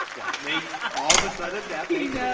like that makes all of the sudden, that makes. yeah